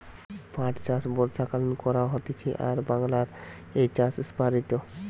পাট চাষ বর্ষাকালীন করা হতিছে আর বাংলায় এই চাষ প্সারিত